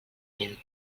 mil